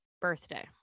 birthday